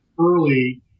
early